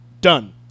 done